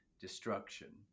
destruction